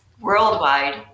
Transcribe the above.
worldwide